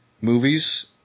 movies